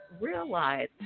realize